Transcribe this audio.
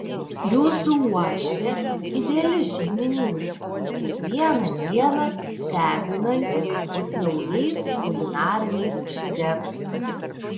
jūsų uošvė ideali šeimininkė kiekvieną dieną stebinanti vis naujais kulinariniais šedevrais